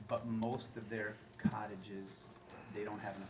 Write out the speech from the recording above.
but most of their cottage is they don't have